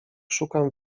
szukam